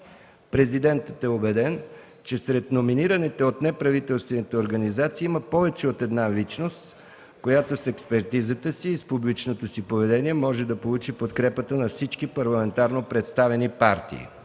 Президентът е убеден, че сред номинираните от неправителствените организации има повече от една личност, която с експертизата си и с публичното си поведение може да получи подкрепата на всички парламентарно представени партии.